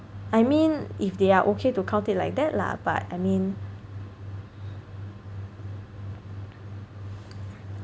I mean if they are okay to count it like that lah but I mean